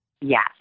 Yes